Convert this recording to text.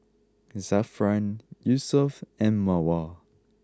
Zafran Yusuf and Mawar